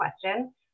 question